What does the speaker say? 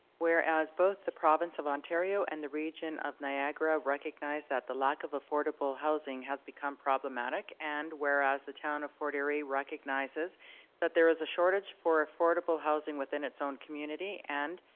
whereas both the province of ontario and the region of niagara recognize that the lack of affordable housing has become problematic, and whereas the town of fort erie recognizes that there is a shortage for affordable housing within its own community and,